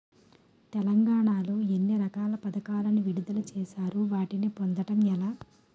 తెలంగాణ లో ఎన్ని రకాల పథకాలను విడుదల చేశారు? వాటిని పొందడం ఎలా?